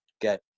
get